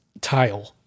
tile